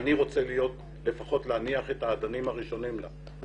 שאני רוצה לפחות להניח את האדנים הראשונים לה,